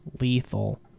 lethal